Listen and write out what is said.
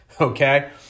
Okay